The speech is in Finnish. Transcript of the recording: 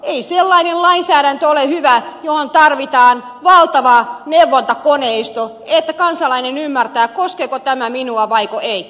ei sellainen lainsäädäntö ole hyvä johon tarvitaan valtava neuvontakoneisto että kansalainen ymmärtää koskeeko se häntä vai eikö